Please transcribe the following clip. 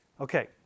Okay